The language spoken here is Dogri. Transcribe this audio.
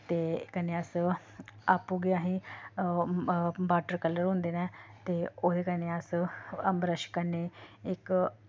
ते कन्नै अस आपूं गै असें बाटर कलर होंदे न ते ओह्दे कन्नै अस ब्रश कन्नै इक